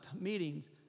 meetings